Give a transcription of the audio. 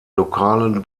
lokalen